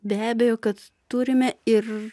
be abejo kad turime ir